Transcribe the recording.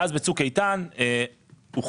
ואז בצוק איתן הוחלט,